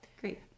Great